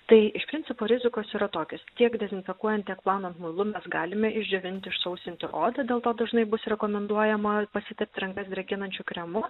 tai iš principo rizikos yra tokios tiek dezinfekuojant tiek plaunant muilu mes galime išdžiovinti išsausinti odą dėl to dažnai bus rekomenduojama pasitepti rankas drėkinančiu kremu